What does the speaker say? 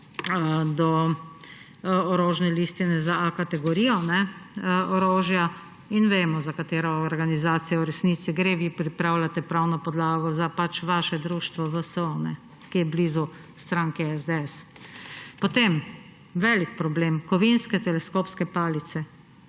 do orožne listine za A- kategorijo orožja. Vemo, za katero organizacijo v resnici gre. Vi pripravljate pravno podlago za vaše društvo VSO, ki je blizu stranke SDS. Potem so velik problem kovinske teleskopske palice,